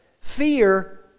fear